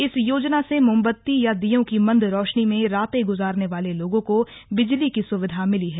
इस योजना से मोमबत्ती या दीयों की मंद रोशनी में रातें गुजारने वाले लोगों को बिजली की सुविधा मिली है